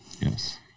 yes